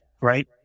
right